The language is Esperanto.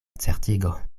certigo